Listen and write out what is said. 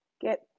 get